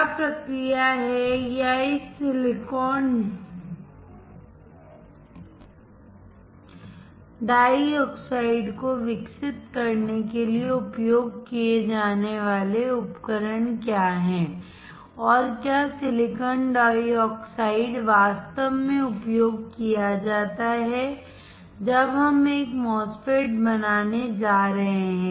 क्या प्रक्रिया है या इस सिलिकॉन डाइऑक्साइड को विकसित करने के लिए उपयोग किए जाने वाले उपकरण क्या हैं और क्या सिलिकॉन डाइऑक्साइड वास्तव में उपयोग किया जाता है जब हम एक MOSFET बनाने जा रहे हैं